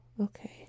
okay